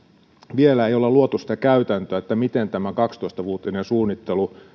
vielä ei olla luotu sitä käytäntöä miten tämä kaksitoista vuotinen suunnittelu